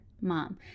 mom